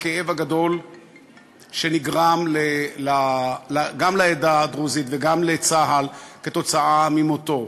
הכאב הגדול שנגרם גם לעדה הדרוזית וגם לצה"ל כתוצאה ממותו.